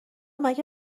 مگه